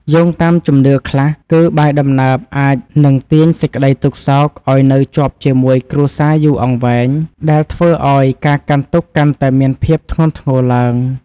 យោងតាមជំនឿខ្លះ គឺ បាយដំណើបអាចនឹងទាញសេចក្តីទុក្ខសោកឱ្យនៅជាប់ជាមួយគ្រួសារយូរអង្វែងដែលធ្វើឱ្យការកាន់ទុក្ខកាន់តែមានភាពធ្ងន់ធ្ងរឡើង។